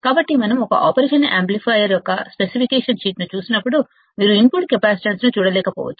కాబట్టి మనం ఒక ఆపరేషన్ యాంప్లిఫైయర్ యొక్క స్పెసిఫికేషన్ షీట్ను చూసినప్పుడు మీరు ఇన్పుట్ కెపాసిటెన్స్ను చూడలేకపోవచ్చు